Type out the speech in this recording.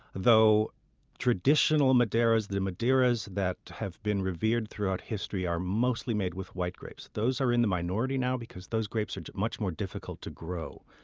though traditional madeiras the madeiras that have been revered throughout history are mostly made with white grapes. those are in the minority now because those grapes are much more difficult to grow.